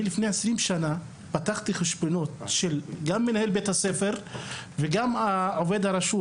לפני 20 שנה פתחתי חשבונות גם של מנהל בית הספר וגם של עובד הרשות,